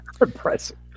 Impressive